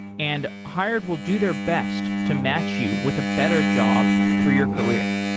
and hired will do their best to match you with a better job for your career.